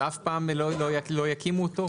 אף פעם לא יקימו אותו?